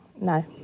No